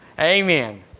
Amen